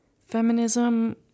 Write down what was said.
Feminism